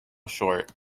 short